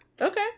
Okay